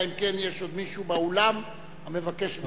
אלא אם כן יש עוד מישהו באולם המבקש לומר דברים.